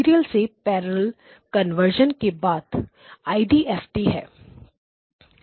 serial से parallel conversion के बाद आईडीएफटी हैं